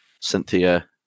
Cynthia